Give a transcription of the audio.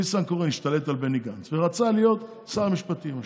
ניסנקורן השתלט על בני גנץ ורצה להיות שר המשפטים.